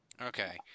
Okay